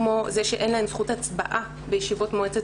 כמו זה שאין להן זכות הצבעה בישיבות מועצת